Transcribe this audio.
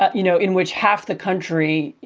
ah you know, in which half the country,